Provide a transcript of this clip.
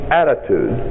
attitude